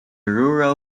rural